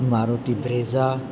Maruti Brezza